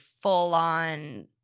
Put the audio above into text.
full-on